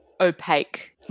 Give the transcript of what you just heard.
opaque